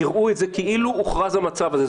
יראו את זה כאילו הוכרז המצב הזה.